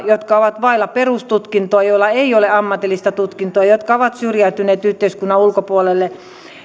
jotka ovat vailla perustutkintoa ja joilla ei ole ammatillista tutkintoa ja jotka ovat syrjäytyneet yhteiskunnan ulkopuolelle